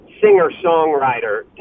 singer-songwriter